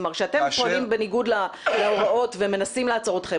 כלומר כשאתם פועלים בניגוד להוראות ומנסים לעצור אתכם,